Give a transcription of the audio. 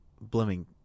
Blooming